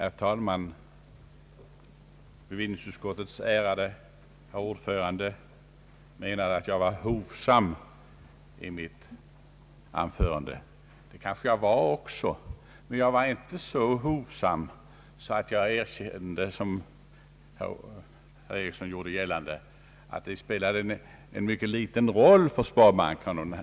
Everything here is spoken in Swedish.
Herr talman! Bevillningsutskottets ärade ordförande menade att jag var hovsam i mitt anförande. Det kanske jag var, men jag var inte så hovsam att jag medgav, vilket herr John Ericsson gjorde gällande, att denna avsättning till reservfond spelar en mycket liten roll för sparbankerna.